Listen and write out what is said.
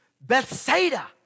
Bethsaida